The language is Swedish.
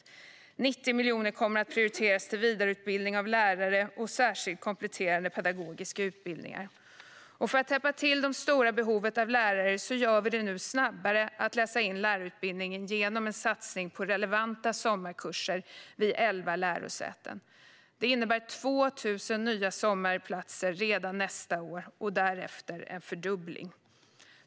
Vidare kommer 90 miljoner kronor att prioriteras till vidareutbildning av lärare och särskilda kompletterande pedagogiska utbildningar. För att möta det stora behovet av lärare gör vi det nu snabbare att läsa in lärarutbildningen genom en satsning på relevanta sommarkurser vid elva lärosäten. Det innebär 2 000 nya sommarplatser redan nästa år och därefter en fördubbling.